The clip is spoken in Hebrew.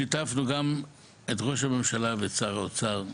שיתפנו גם את ראש הממשלה ואת שר האוצר,